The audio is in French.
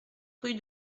rue